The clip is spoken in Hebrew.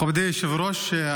מכובדי היושב-ראש,